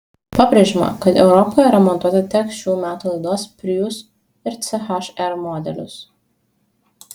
pabrėžiama kad europoje remontuoti teks šių metų laidos prius ir ch r modelius